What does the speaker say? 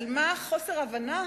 מה חוסר ההבנה